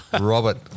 Robert